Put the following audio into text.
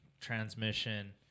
transmission